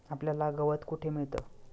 आपल्याला गवत कुठे मिळतं?